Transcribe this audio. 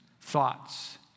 thoughts